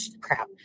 crap